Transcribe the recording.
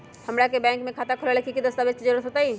हमरा के बैंक में खाता खोलबाबे ला की की दस्तावेज के जरूरत होतई?